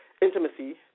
intimacy